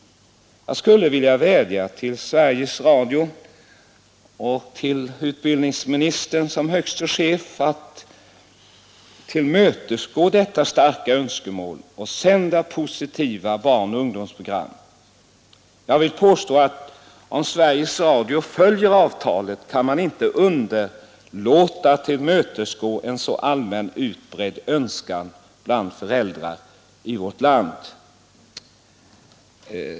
Jag skulle vilja vädja till Sveriges Radio och till utbildningsministern som högste chef att tillmötesgå detta starka önskemål och sända positiva barnoch ungdomsprogram. Jag vill påstå att om Sveriges Radio följer avtalet kan man inte underlåta att tillmötesgå en så allmänt utbredd önskan bland föräldrar i vårt land.